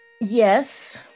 Yes